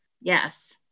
Yes